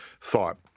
thought